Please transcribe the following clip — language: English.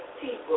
people